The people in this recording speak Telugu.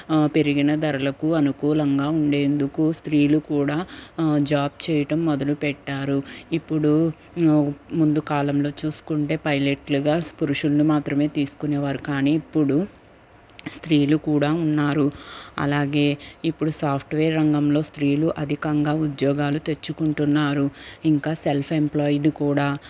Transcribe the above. పెరిగిన ధరలకు అనుకూలంగా ఉండేందుకు స్త్రీలు కూడా జాబ్ చేయడం మొదలుపెట్టారు ఇప్పుడు ముందు కాలంలో చూసుకుంటే పైలెట్లుగా పురుషుల్ని మాత్రమే తీసుకునేవారు కానీ ఇప్పుడు స్త్రీలు కూడా ఉన్నారు అలాగే ఇప్పుడు సాఫ్ట్వేర్ రంగంలో స్త్రీలు అధికంగా ఉద్యోగాలు తెచ్చుకుంటున్నారు ఇంకా సెల్ఫ్ ఎంప్లాయిడ్ కూడా